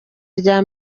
rya